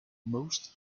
most